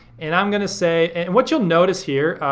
and i'm gonna say, and what you'll notice here,